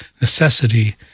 necessity